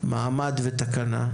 מעמד ותקנה.